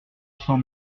cent